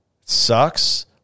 sucks